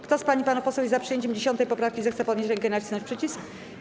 Kto z pań i panów posłów jest za przyjęciem 10. poprawki, zechce podnieść rękę i nacisnąć przycisk.